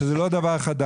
היא שזה לא דבר חדש.